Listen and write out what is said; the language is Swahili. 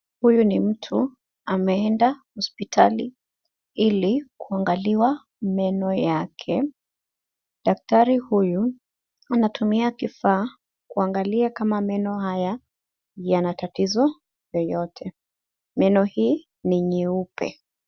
Huyu ni mtu ameenda hospitali, ili kuangaliwa meno yake daktari Huyu anatumia kifaa kuangalia kuangalia kama meno haya ,yana tatizo yoyote. meno hii ni nyeupe .